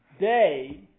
day